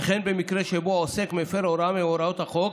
וכן במקרה שבו עוסק מפר הוראה מהוראות החוק